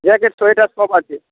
sweater সব আছে